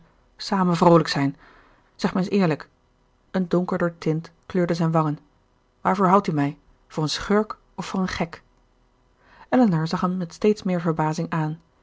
samen vroolijk zijn zeg mij eens eerlijk een donkerder tint kleurde zijn wangen waarvoor houdt u mij voor een schurk of voor een gek elinor zag hem met steeds meer verbazing aan